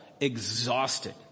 exhausted